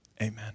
Amen